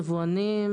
יבואנים,